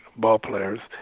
ballplayers